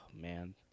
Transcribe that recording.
man